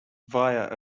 via